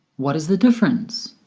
what is the difference?